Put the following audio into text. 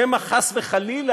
שמא חס וחלילה